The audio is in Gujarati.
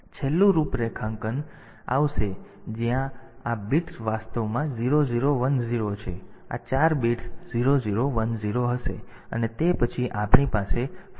તેથી આ છેલ્લું રૂપરેખાંકન આવશે જ્યાં આ બિટ્સ વાસ્તવમાં 0010 છે આ 4 બિટ્સ 0010 હશે અને તે પછી આપણી પાસે 1111 હશે કારણ કે આ R7 છે